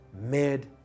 made